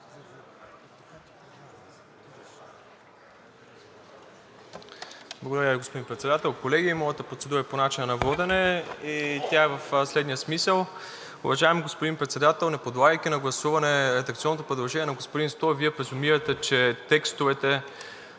Благодаря Ви, господин Председател. Колеги, моята процедура е по начина на водене и тя е в следния смисъл: уважаеми господин Председател, не подлагайки на гласуване редакционното предложение на господин Стоев, Вие презумирате, че текстовете,